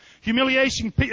Humiliation